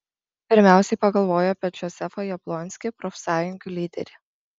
pirmiausiai pagalvojau apie džozefą jablonskį profsąjungų lyderį